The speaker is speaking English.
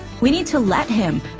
we need to let him,